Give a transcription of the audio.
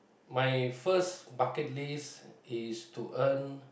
my first bucket list is to earn